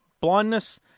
blindness